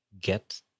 get